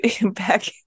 back